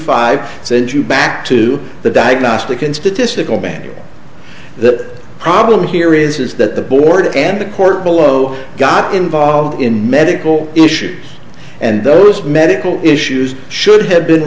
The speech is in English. you back to the diagnostic and statistical manual the problem here is that the board and the court below got involved in medical issues and those medical issues should have been